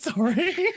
Sorry